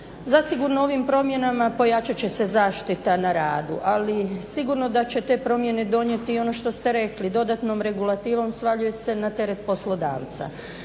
Zasigurno ovim promjenama pojačat će se zaštita na radu, ali sigurno da će te promjene donijeti ono što ste rekli, dodatnom regulativom svaljuje se na teret poslodavca.